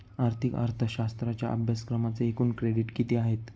आर्थिक अर्थशास्त्राच्या अभ्यासक्रमाचे एकूण क्रेडिट किती आहेत?